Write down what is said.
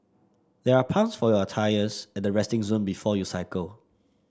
there are pumps for your tyres at the resting zone before you cycle